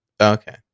Okay